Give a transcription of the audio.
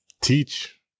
teach